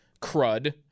crud